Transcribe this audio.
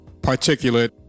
particulate